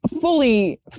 fully